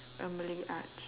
uh malay arts